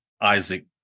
isaac